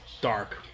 dark